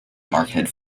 marketed